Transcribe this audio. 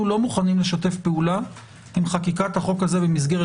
אנחנו לא מוכנים לשתף פעולה עם חקיקת החוק הזה במסגרת